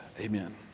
Amen